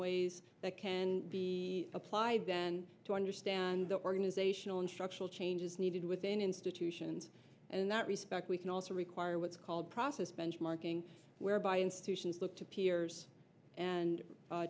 ways that can be applied to understand the organizational and structural changes needed within institutions and that respect we can also require what's called process benchmarking whereby institutions look to peers and